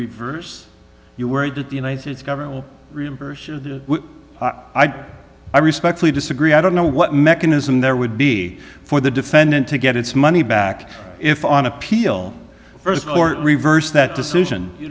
reverse you worried that the united states government will reimburse i respectfully disagree i don't know what mechanism there would be for the defendant to get its money back if on appeal first court reversed that decision you